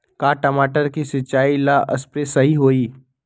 का टमाटर के सिचाई ला सप्रे सही होई?